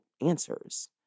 answers